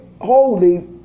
holy